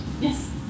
Yes